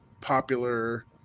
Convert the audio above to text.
popular